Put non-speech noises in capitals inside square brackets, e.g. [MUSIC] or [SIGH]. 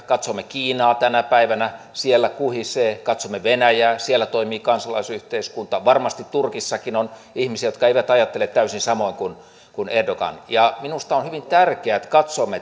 katsomme kiinaa tänä päivänä siellä kuhisee katsomme venäjää siellä toimii kansalaisyhteiskunta varmasti turkissakin on ihmisiä jotka eivät ajattele täysin samoin kuin erdogan minusta on hyvin tärkeää että katsomme [UNINTELLIGIBLE]